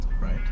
right